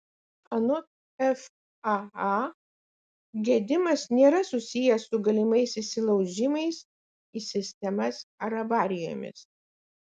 anot faa gedimas nėra susijęs su galimais įsilaužimais į sistemas ar avarijomis